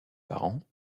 parents